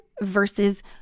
versus